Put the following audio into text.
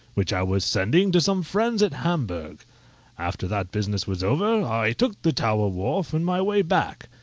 which i was sending to some friends at hamburgh after that business was over, i took the tower wharf in my way back.